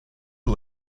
you